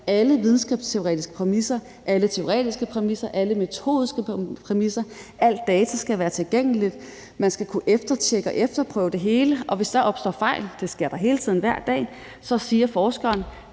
alle videnskabsteoretiske præmisser, alle teoretiske præmisser og alle metodiske præmisser. Al data skal være tilgængeligt, man skal kunne eftertjekke og efterprøve det hele, og hvis der opstår fejl – det sker hele tiden, hver dag – siger forskeren: